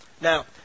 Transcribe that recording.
Now